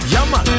Yama